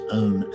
own